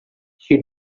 she